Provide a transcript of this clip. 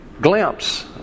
glimpse